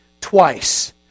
twice